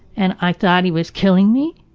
and, i thought he was killing me.